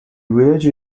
village